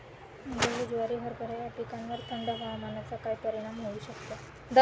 गहू, ज्वारी, हरभरा या पिकांवर थंड हवामानाचा काय परिणाम होऊ शकतो?